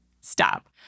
Stop